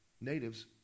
natives